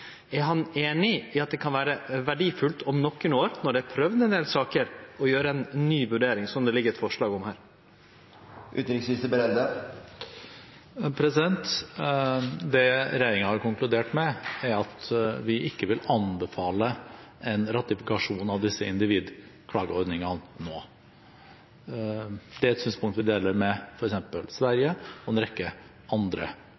Er han einig i at det kan vere verdifullt om nokre år, når det har vorte prøvd ein del saker, å gjere ei ny vurdering, som det ligg eit forslag om her? Det regjeringen har konkludert med, er at vi ikke vil anbefale en ratifikasjon av disse individklageordningene nå. Det er et synspunkt vi deler med f.eks. Sverige og en rekke andre